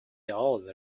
all